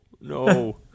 no